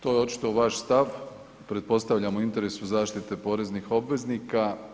To je očito vaš stav, pretpostavljam u interesu zaštite poreznih obveznika.